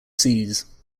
seas